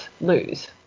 lose